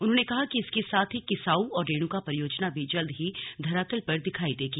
उन्होंने कहा कि इसके साथ ही किसाऊ और रेणुका परियोजना भी जल्द ही धरातल पर दिखायी देगी